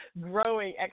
growing